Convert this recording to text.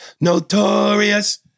Notorious